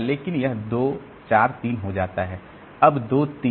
इसलिए यह 2 4 3 हो जाता है अब 2 3